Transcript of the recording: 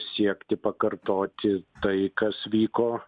siekti pakartoti tai kas vyko